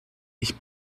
ich